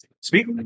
Speak